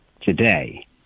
today